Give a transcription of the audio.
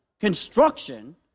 construction